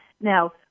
Now